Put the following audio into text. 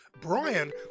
Brian